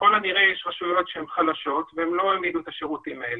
וככל הנראה יש רשויות שהן חלשות והן לא נותנות את השירותים האלה.